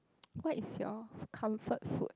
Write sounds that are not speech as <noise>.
<noise> what is your comfort food